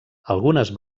algunes